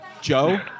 Joe